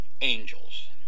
angels